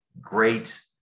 great